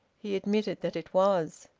he admitted that it was.